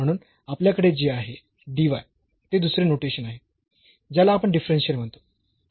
म्हणून आपल्याकडे जे आहे dy ते दुसरे नोटेशन आहे ज्याला आपण डिफरन्शियल म्हणतो